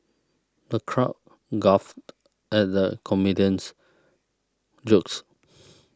the crowd guffawed at the comedian's jokes